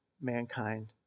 mankind